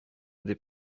дип